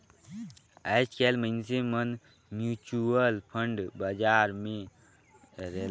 आएज काएल मइनसे मन म्युचुअल फंड बजार मन में ही पइसा लगावत अहें अउ घर बइठे पइसा कमावत अहें